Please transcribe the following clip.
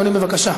אדוני, בבקשה.